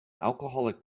alcoholic